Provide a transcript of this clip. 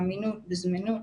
באמינות ובזמינות